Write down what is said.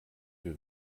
für